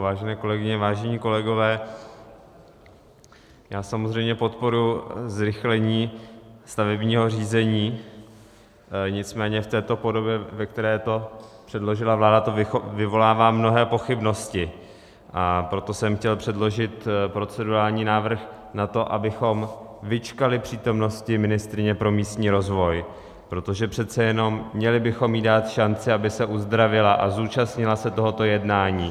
Vážené kolegyně, vážení kolegové, já samozřejmě podporuji zrychlení stavebního řízení, nicméně v této podobě, ve které to předložila vláda, to vyvolává mnohé pochybnosti, proto jsem chtěl předložit procedurální návrh na to, abychom vyčkali přítomnosti ministryně pro místní rozvoj, protože přece jenom měli bychom jí dát šanci, aby se uzdravila a zúčastnila se tohoto jednání.